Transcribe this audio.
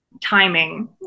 Timing